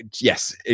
Yes